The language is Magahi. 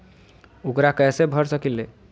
ऊकरा कैसे भर सकीले?